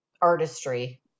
artistry